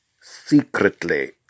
secretly